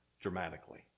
dramatically